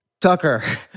Tucker